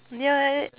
ya